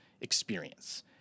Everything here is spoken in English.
experience